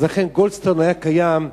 גולדסטון היה קיים,